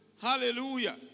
Hallelujah